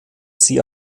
sie